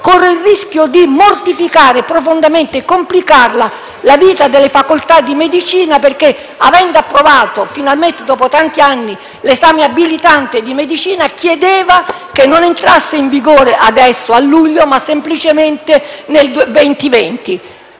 corre il rischio di mortificare profondamente e di complicare la vita delle facoltà di medicina. Infatti, essendo stato approvato, finalmente, dopo tanti anni, l'esame abilitante di medicina, l'emendamento chiedeva che non entrasse in vigore a luglio, ma semplicemente nel 2020.